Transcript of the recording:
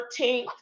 13th